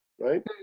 right